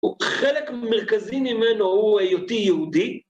וחלק מרכזי ממנו הוא היותי יהודי.